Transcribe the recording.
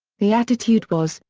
the attitude was,